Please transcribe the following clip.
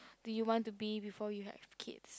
do you want to be before you have kids